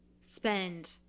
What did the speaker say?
spend